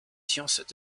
sciences